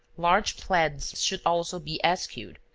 large plaids should also be eschewed.